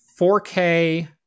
4k